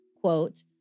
quote